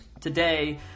Today